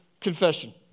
confession